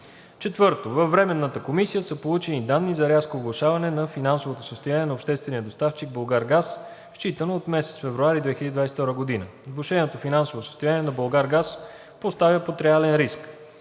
г. 4. Във Временната комисия са получени данни за рязко влошаване на финансовото състояние на обществения доставчик „Булгаргаз“ считано от месец февруари 2022 г. Влошеното финансово състояние на Булгаргаз поставя под реален риск: